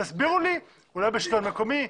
תסבירו לי - אולי השלטון המקומי,